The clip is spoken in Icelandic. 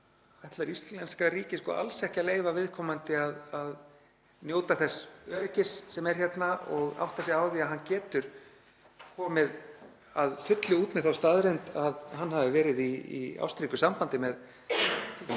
ætli íslenska ríkið sko alls ekki að leyfa viðkomandi að njóta þess öryggis sem er hérna og átta sig á því að hann getur komið að fullu út með þá staðreynd að hann hafi verið í ástríku sambandi með t.d.